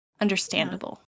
understandable